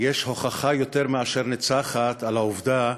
יש הוכחה יותר מאשר ניצחת לעובדה